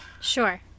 Sure